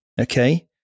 okay